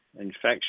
infection